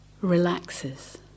relaxes